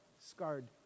scarred